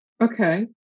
Okay